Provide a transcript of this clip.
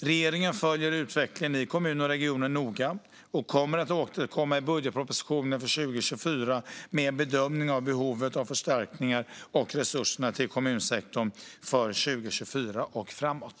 Regeringen följer utvecklingen i kommuner och regioner noga och kommer att återkomma i budgetpropositionen för 2024 med en bedömning av behovet av förstärkningar av resurserna till kommunsektorn för 2024 och framåt.